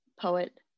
poet